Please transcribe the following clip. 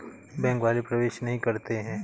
Bank वाले प्रवेश नहीं करते हैं?